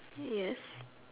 yes